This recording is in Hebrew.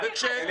אמרתי לך, שרגא.